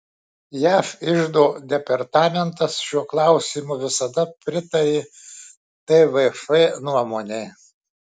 jav iždo departamentas šiuo klausimu visada pritarė tvf nuomonei